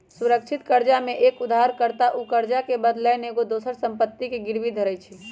सुरक्षित करजा में एक उद्धार कर्ता उ करजा के बदलैन एगो दोसर संपत्ति के गिरवी धरइ छइ